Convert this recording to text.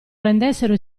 rendessero